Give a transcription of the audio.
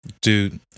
Dude